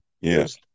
Yes